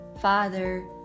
Father